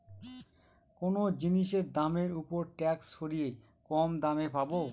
কোনো জিনিসের দামের ওপর ট্যাক্স সরিয়ে কম দামে পাবো